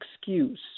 excuse